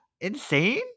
insane